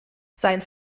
sein